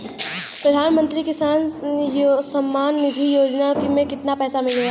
प्रधान मंत्री किसान सम्मान निधि योजना में कितना पैसा मिलेला?